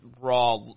raw